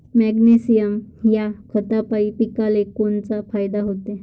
Magnesium ह्या खतापायी पिकाले कोनचा फायदा होते?